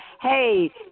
Hey